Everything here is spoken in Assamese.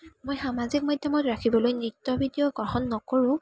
মই সামাজিক মাধ্যমত ৰাখিবলৈ নৃত্যৰ ভিডিঅ' গ্ৰহণ নকৰোঁ